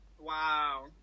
wow